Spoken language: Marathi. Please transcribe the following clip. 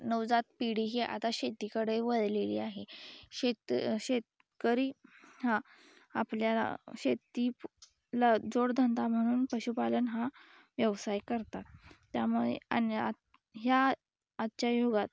नवजात पिढी ही आता शेतीकडे वळलेली आहे शेत शेतकरी हा आपल्या शेती प ला जोडधंदा म्हणून पशुपालन हा व्यवसाय करतात त्यामुळे आणि ह्या आजच्या युगात